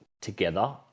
together